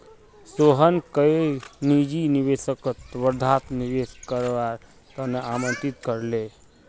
सोहन कईल निजी निवेशकक वर्धात निवेश करवार त न आमंत्रित कर ले